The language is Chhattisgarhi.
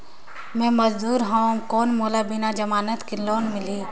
मे मजदूर हवं कौन मोला बिना जमानत के लोन मिलही?